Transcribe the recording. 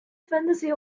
fantasy